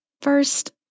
First